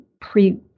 pre